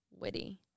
witty